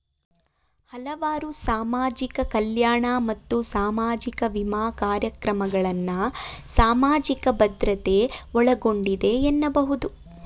ಹಲವಾರು ಸಾಮಾಜಿಕ ಕಲ್ಯಾಣ ಮತ್ತು ಸಾಮಾಜಿಕ ವಿಮಾ ಕಾರ್ಯಕ್ರಮಗಳನ್ನ ಸಾಮಾಜಿಕ ಭದ್ರತೆ ಒಳಗೊಂಡಿದೆ ಎನ್ನಬಹುದು